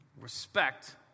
respect